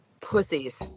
pussies